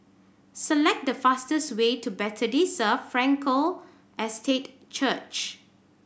select the fastest way to Bethesda Frankel Estate Church